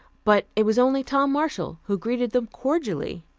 but it was only tom marshall, who greeted them cordially.